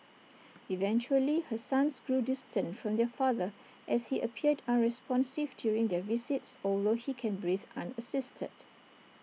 eventually her sons grew distant from their father as he appeared unresponsive during their visits although he can breathe unassisted